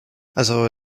also